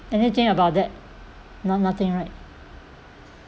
anything about that no nothing right